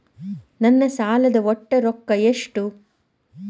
ನನ್ನ ಸಾಲದ ಒಟ್ಟ ರೊಕ್ಕ ಎಷ್ಟು?